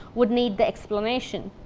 would need the explanation.